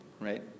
Right